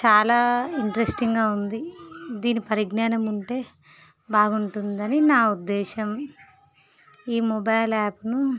చాలా ఇంట్రెస్టింగ్గా ఉంది దీని పరిజ్ఞానం ఉంటే బాగుంటుంది అని నా ఉద్దేశం ఈ మొబైల్ యాప్ను